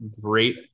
great